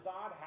God